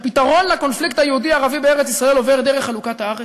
שהפתרון לקונפליקט היהודי ערבי בארץ-ישראל עובר דרך חלוקת הארץ,